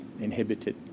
inhibited